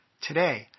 Today